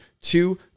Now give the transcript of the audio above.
two